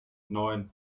neun